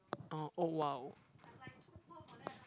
uh oh !wow!